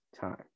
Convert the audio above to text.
time